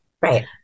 Right